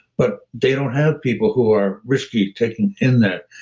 but they don't have people who are risky taking in that.